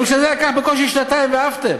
חוק נהרי.